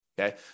okay